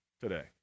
today